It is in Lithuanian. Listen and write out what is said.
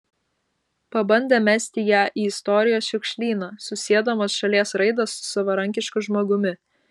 pabandė mesti ją į istorijos šiukšlyną susiedamas šalies raidą su savarankišku žmogumi